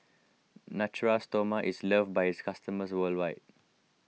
Natura Stoma is loved by its customers worldwide